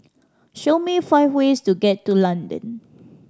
show me five ways to get to London